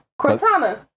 Cortana